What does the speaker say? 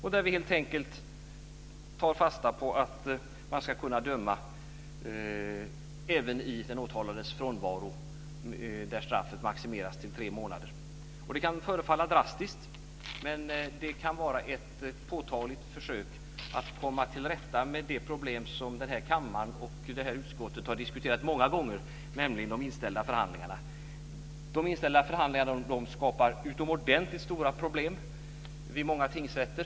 Vi tar helt enkelt fasta på att man ska kunna döma även i den åtalades frånvaro där straffet är maximerat till tre månader. Det kan förefalla drastiskt, men det kan vara ett påtagligt försök att komma till rätta med ett problem som utskottet och kammaren har diskuterat många gånger, nämligen inställda förhandlingar. De inställda förhandlingarna skapar utomordentligt stora problem vid många tingsrätter.